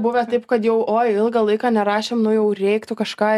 buvę taip kad jau o ilgą laiką nerašėm nu jau reiktų kažką